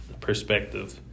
perspective